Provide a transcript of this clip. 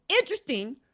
interesting